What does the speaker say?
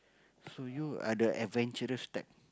so you are the adventurous type